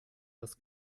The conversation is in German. das